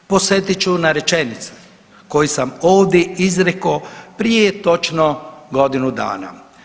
Podsjetit ću na rečenicu koju sam ovdje izreko prije točno godinu dana.